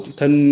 thân